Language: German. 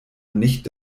nicht